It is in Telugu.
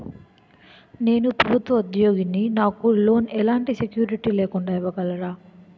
నేను ప్రభుత్వ ఉద్యోగిని, నాకు లోన్ ఎలాంటి సెక్యూరిటీ లేకుండా ఇవ్వగలరా?